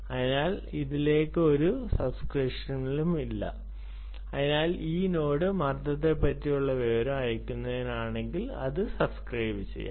അതിനാൽ ഇതിലേക്ക് ഒരു സബ്സ്ക്രിപ്ഷനും ഇല്ല എന്നാൽ ഈ നോഡ് മർദ്ദത്തെ പറ്റിയുള്ള വിവരം അയയ്ക്കുന്നതു ആണെങ്കിൽ അത് സബ്സ്ക്രൈബ് ചെയ്യാം